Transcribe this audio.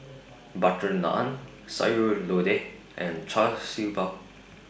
Butter Naan Sayur Lodeh and Char Siew Bao